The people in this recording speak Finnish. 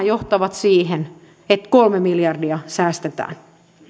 johtavat siihen että kolme miljardia säästetään